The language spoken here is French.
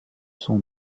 son